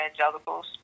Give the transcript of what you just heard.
evangelicals